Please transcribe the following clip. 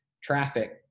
Traffic